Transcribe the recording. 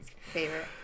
Favorite